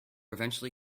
eventually